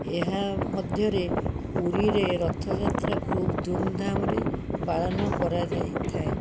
ଏହା ମଧ୍ୟରେ ପୁରୀରେ ରଥଯାତ୍ରା ଖୁବ୍ ଧୁମ୍ଧାମ୍ରେ ପାଳନ କରାଯାଇଥାଏ